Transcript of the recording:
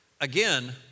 Again